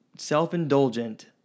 self-indulgent